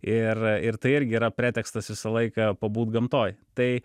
ir ir tai irgi yra pretekstas visą laiką pabūt gamtoj tai